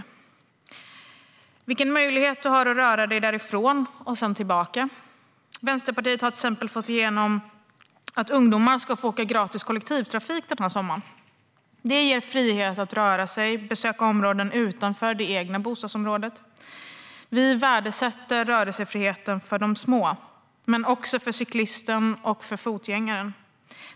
Det handlar också om vilken möjlighet du har att röra dig därifrån och sedan tillbaka. Vänsterpartiet har till exempel fått igenom att ungdomar ska få åka gratis i kollektivtrafiken den här sommaren. Det ger frihet att röra sig och besöka områden utanför det egna bostadsområdet. Vi värdesätter rörelsefriheten för de små, men också för cyklisten och fotgängaren.